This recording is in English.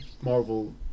Marvel